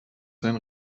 sein